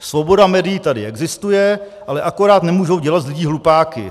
Svoboda médií tady existuje, ale akorát nemůžou dělat z lidí hlupáky.